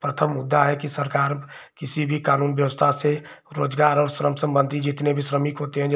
प्रथम मुद्दा है कि सरकार किसी भी कानून व्यवस्था से रोजगार और श्रम सम्बन्धी जितने भी श्रमिक होते हैं जैसे